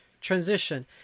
transition